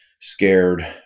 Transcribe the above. scared